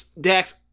Dax